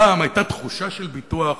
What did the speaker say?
פעם היתה תחושה של ביטוח.